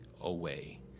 away